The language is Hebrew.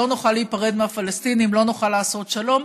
לא נוכל להיפרד מהפלסטינים, לא נוכל לעשות שלום,